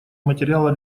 материала